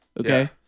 Okay